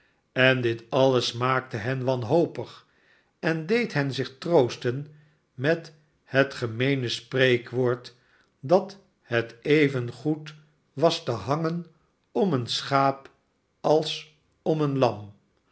en dit alles maakte hen wanhopig en deed g fen zich troosten met het gemeene spreekwoord dat het evengoes was te hangen om een schaap als om eenlam